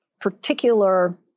particular